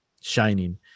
shining